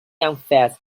unfazed